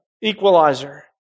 equalizer